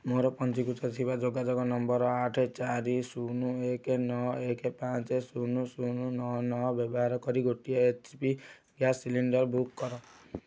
ମୋର ପଞ୍ଜୀକୃତ ଥିବା ଯୋଗାଯୋଗ ନମ୍ବର ଆଠ ଚାରି ଶୂନ ଏକ ନଅ ଏକ ପାଞ୍ଚ ଶୂନ ଶୂନ ନଅ ନଅ ବ୍ୟବାହାର କରି ଗୋଟିଏ H P gas cylinder book କର